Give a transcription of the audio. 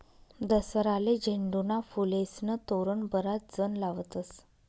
दसराले झेंडूना फुलेस्नं तोरण बराच जण लावतस